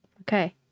Okay